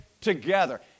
together